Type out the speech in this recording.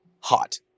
hot